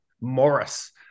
Morris